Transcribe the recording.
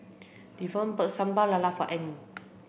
Devon bought Sambal Lala for Anne